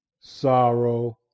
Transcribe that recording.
sorrow